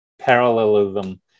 parallelism